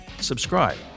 subscribe